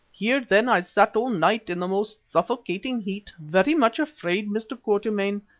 here, then, i sat all night in the most suffocating heat, very much afraid, mr. quatermain,